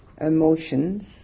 emotions